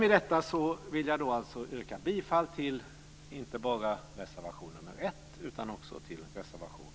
Med detta vill jag yrka bifall inte bara till reservation 1 utan också till reservation 3.